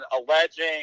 alleging